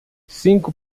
cinco